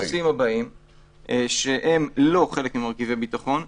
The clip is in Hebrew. לגבי הנושאים הבאים שהם לא חלק ממרכיבי ביטחון,